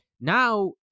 Now